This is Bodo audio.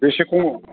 बेसे खम